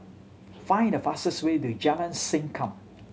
find the fastest way to Jalan Sankam